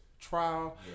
trial